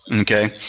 okay